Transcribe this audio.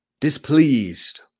displeased